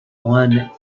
one